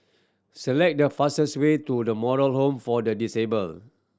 select the fastest way to The Moral Home for the Disabled